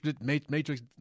Matrix